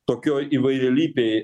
tokioj įvairialypėj